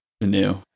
new